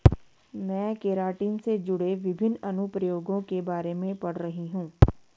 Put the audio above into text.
मैं केराटिन से जुड़े विभिन्न अनुप्रयोगों के बारे में पढ़ रही हूं